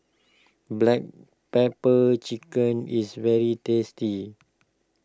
Black Pepper Chicken is very tasty